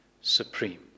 supreme